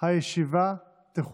אני לא